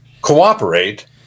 cooperate